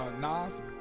Nas